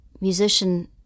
musician